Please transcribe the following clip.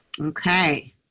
Okay